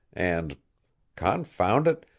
and confound it,